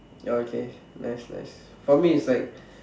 ya okay nice nice for me it's like